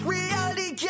Reality